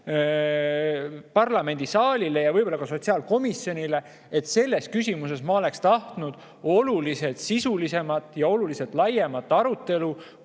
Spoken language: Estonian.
parlamendisaalile ja võib-olla ka sotsiaalkomisjonile. Selles küsimuses ma oleksin tahtnud oluliselt sisulisemat ja oluliselt laiemat arutelu,